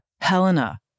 Helena